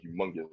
humongous